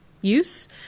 use